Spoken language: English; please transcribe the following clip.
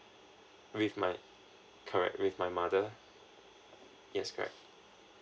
with my correct with my mother yes correct